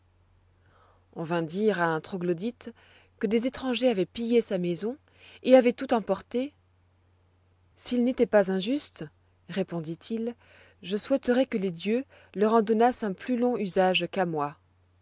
on vint dire à un troglodyte que des étrangers avoient pillé sa maison et avoient tout emporté s'ils n'étoient pas injustes répondit-il je souhaiterois que les dieux leur en donnassent un plus long usage qu'à moi